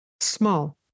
small